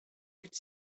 could